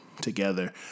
together